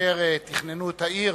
כאשר תכננו את העיר,